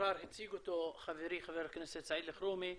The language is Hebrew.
שכבר הציג אותו חברי חבר הכנסת סעיד אלחרומי,